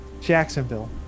Jacksonville